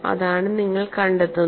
അതാണ് നിങ്ങൾ കണ്ടെത്തുന്നത്